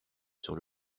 sur